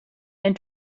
and